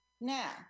Now